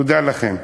תודה לכם.